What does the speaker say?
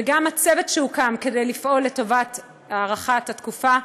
וגם הצוות שהוקם כדי לפעול לטובת הארכת התקופה,